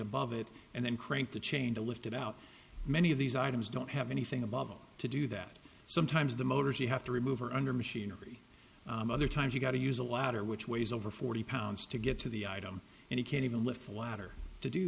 above it and then crank the chain to lift it out many of these items don't have anything above all to do that sometimes the motors you have to remove or under machinery other times you've got to use a ladder which weighs over forty pounds to get to the item and you can't even lift the ladder to do